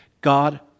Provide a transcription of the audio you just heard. God